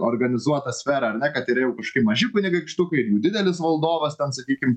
organizuota sfera ar ne kad yra jau kažkokie maži kunigaikštukai ir jau didelis valdovas ten sakykim